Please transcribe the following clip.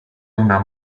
una